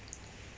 mm